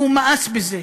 והוא מאס בזה.